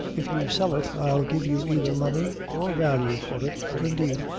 if you sell it, i'll give you either money or value for it for indeed,